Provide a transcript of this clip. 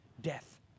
death